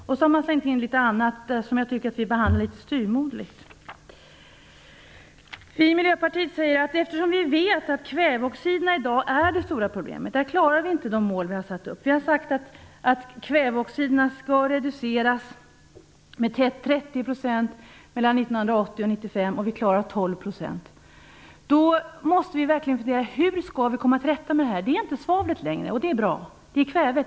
Man har också slängt in litet andra frågor, som jag tycker vi behandlar en aning styvmoderligt. Vi vet att kväveoxiderna i dag är det stora problemet, men vi klarar inte de mål vi har satt upp i det sammanhanget. Vi har sagt att kväveoxiderna skall reduceras med 30 % mellan 1980 och 1995, och vi klarar 12 %. Då måste vi verkligen fundera på hur vi skall komma till rätta med det här. Det handlar inte om svavlet längre, och det är bra. Det handlar om kvävet.